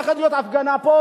הולכת להיות הפגנה פה,